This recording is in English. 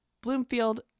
Bloomfield